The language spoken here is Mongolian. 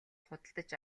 худалдаж